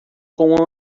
com